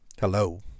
Hello